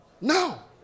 Now